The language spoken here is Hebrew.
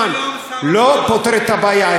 לא פותר את הבעיה.